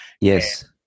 Yes